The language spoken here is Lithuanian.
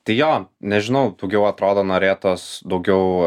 tai jo nežinau daugiau atrodo norėtus daugiau